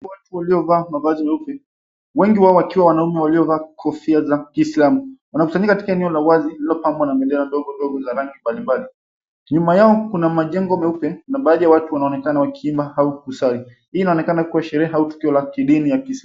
Watu waliovaa mavazi meupe. Wengi wao wakiwa wanaume waliovaa kofia za kiisalmu wanakusanyika katika eneo la wazi lililopangwa na bendera ndogo ndogo za rangi mbalimbali. Nyuma yao kuna majengo meupe na baadhi ya watu wanaonekana wakiimba au kusali hii inaonekana kua sherehe au tukio la kidini ya kiislamu.